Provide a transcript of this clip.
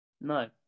No